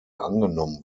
angenommen